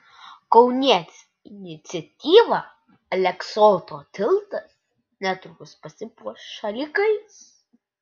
kaunietės iniciatyva aleksoto tiltas netrukus pasipuoš šalikais